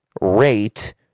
rate